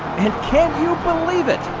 and can you believe it?